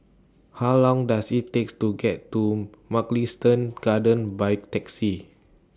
How Long Does IT Take to get to Mugliston Gardens By Taxi